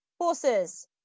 horses